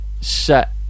set